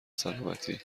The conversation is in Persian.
سالمتی